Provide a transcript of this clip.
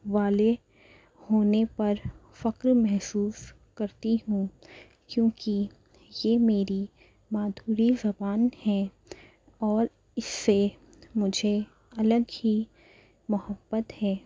والے ہونے پر فخر محسوس کرتی ہوں کیونکہ یہ میری مادری زبان ہے اور اِس سے مجھے الگ ہی محبت ہے